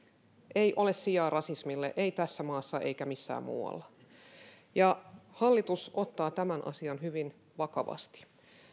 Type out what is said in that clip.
ei ole sijaa rasismille ei tässä maassa eikä missään muualla hallitus ottaa tämän asian hyvin vakavasti